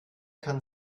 kann